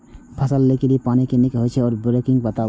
फसलक लेल नदी के पानी नीक हे छै या बोरिंग के बताऊ?